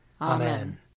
Amen